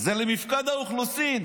זה למפקד האוכלוסין.